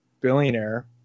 billionaire